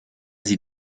sie